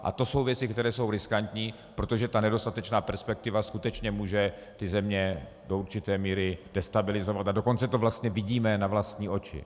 A to jsou věci, které jsou riskantní, protože ta nedostatečná perspektiva skutečně může ty země do určité míry destabilizovat, a dokonce to vlastně vidíme na vlastní oči.